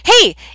Hey